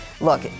Look